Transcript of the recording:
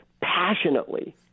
passionately